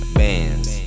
bands